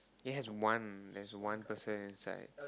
it has one there's one person inside